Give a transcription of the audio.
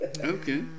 okay